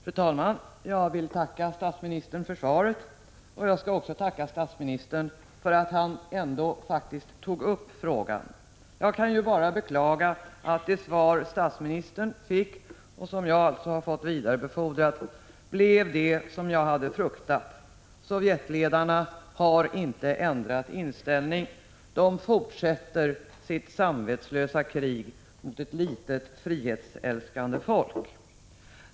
Om de svenska balter Fru talman! Jag tackar statsministern för svaret, och jag tackar också — "25 dubbla medborgarstatsministern för att han ändå faktiskt tog upp den här frågan. Jag kan bara skap beklaga att det svar som statsministern fick och som alltså har vidarebefordrats till mig blev det som jag hade fruktat: Sovjetledarna har inte ändrat inställning. De fortsätter sitt samvetslösa krig mot ett litet frihetsälskande folk.